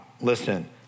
listen